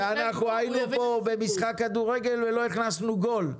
ואנחנו היינו פה במשחק כדורגל, ולא הכנסנו גול.